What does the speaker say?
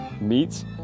meats